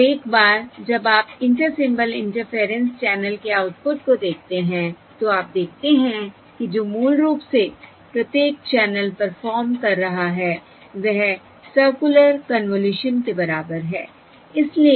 और अब एक बार जब आप इंटर सिंबल इंटरफेयरेंस चैनल के आउटपुट को देखते हैं तो आप देखते हैं कि जो मूल रूप से प्रत्येक चैनल परफॉर्म कर रहा है वह सर्कुलर कन्वॉल्यूशन के बराबर है